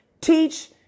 Teach